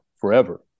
forever